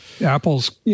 Apple's